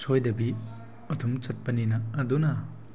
ꯁꯣꯏꯗꯕꯤ ꯑꯗꯨꯝ ꯆꯠꯄꯅꯤꯅ ꯑꯗꯨꯅ